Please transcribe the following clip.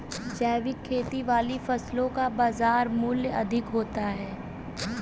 जैविक खेती वाली फसलों का बाज़ार मूल्य अधिक होता है